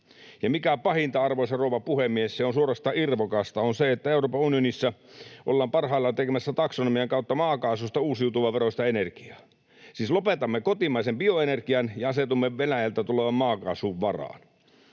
mikä pahinta, arvoisa rouva puhemies, suorastaan irvokasta, on se, että Euroopan unionissa ollaan parhaillaan tekemässä taksonomian kautta maakaasusta uusiutuvan veroista energiaa. Siis lopetamme kotimaisen bioenergian ja asetumme Venäjältä tulevan maakaasun varaan.